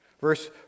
Verse